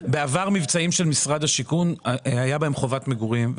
אנחנו מבינים שבחקיקה הזאת יש חלקים פחות נוחים.